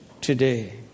today